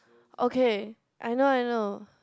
okay I know I know